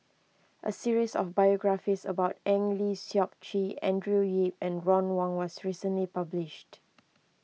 a series of biographies about Eng Lee Seok Chee Andrew Yip and Ron Wong was recently published